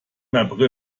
april